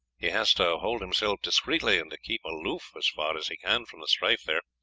he has to hold himself discreetly, and to keep aloof as far as he can from the strife there,